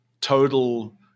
total